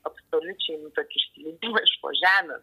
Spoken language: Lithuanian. absoliučiai nu tokį išslydimą iš po žemių